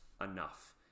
enough